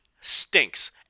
stinks